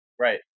right